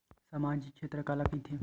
सामजिक क्षेत्र काला कइथे?